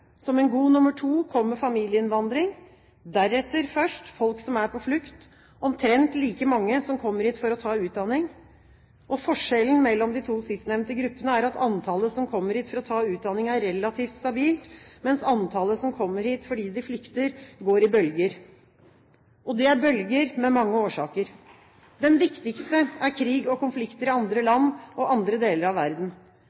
Som en god nummer to kommer familieinnvandring, deretter folk som er på flukt – omtrent like mange som kommer hit for å ta utdanning. Forskjellen mellom de to sistnevnte gruppene er at antallet som kommer hit for å ta utdanning, er relativt stabilt, mens antallet som kommer hit fordi de flykter, går i bølger. Og det er bølger med mange årsaker. Den viktigste er krig og konflikter i andre